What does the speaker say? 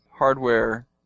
hardware